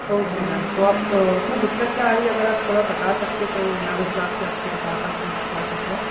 okay ma'am तो आप उसमें दिक़्क़त क्या आ रही है अगर आप मुझे थोड़ा बता सकते तो मैं उस हिसाब से आपको बताता कि क्या केस है